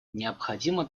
необходимо